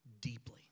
deeply